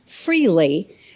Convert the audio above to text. freely